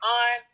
on